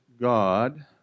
God